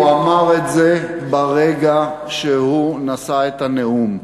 הוא אמר את זה ברגע שהוא נשא את הנאום.